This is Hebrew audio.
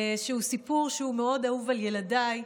שהוא סיפור שמאוד אהוב על ילדיי.